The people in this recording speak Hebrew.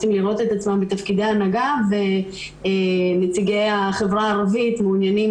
רוצים לראות את עצמם בתפקידי הנהגה ונציגי החברה הערבית מעוניינים